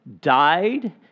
Died